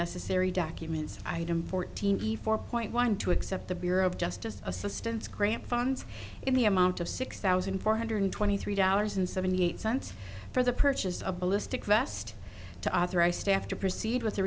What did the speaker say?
necessary documents item fourteen to four point one to accept the bureau of justice assistance grant funds in the amount of six thousand four hundred twenty three dollars and seventy eight cents for the purchase of ballistic vest to authorize staff to proceed with the